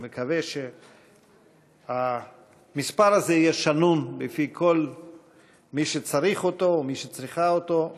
אני מקווה שהמספר הזה ישונן בקרב כל מי שצריך אותו ומי שצריכה אותו,